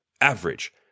average